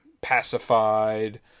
pacified